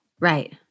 Right